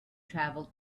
travel